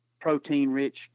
protein-rich